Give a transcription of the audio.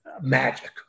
magic